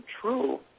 true